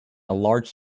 large